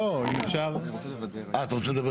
לא, אני רוצה לשאול שאלה.